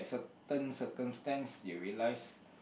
circumstance you realise